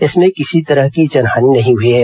इसमें किसी तरह की जनहानि नहीं हुई है